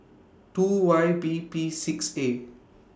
two Y B P six A